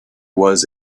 was